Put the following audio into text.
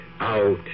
out